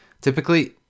Typically